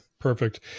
perfect